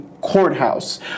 Courthouse